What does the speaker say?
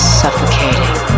suffocating